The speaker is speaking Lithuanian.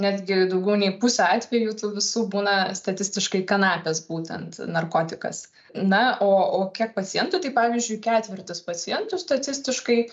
netgi daugiau nei pusė atvejų tų visų būna statistiškai kanapės būtent narkotikas na o o kiek pacientų tai pavyzdžiui ketvirtis pacientų statistiškai